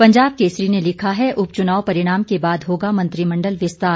पंजाब केसरी ने लिखा है उपचुनाव परिणाम के बाद होगा मंत्रिमंडल विस्तार